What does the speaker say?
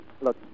Look